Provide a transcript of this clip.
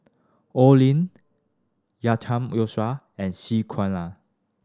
Oi Lin Yusof and C Kunalan